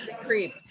Creep